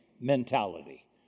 mentality